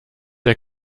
der